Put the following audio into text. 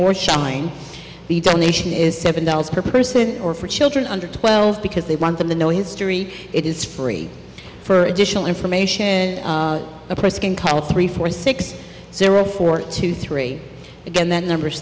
or shine the donation is seven dollars per person or for children under twelve because they want them to know history it is free for additional information and the press can call three four six zero four two three again that number